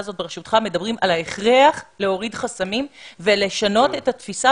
הזאת בראשותך מדברים על ההכרח להוריד חסמים ולשנות את התפיסה